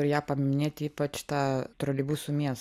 ir ją paminėti ypač tą troleibusų miestą